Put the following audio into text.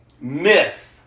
myth